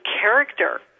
character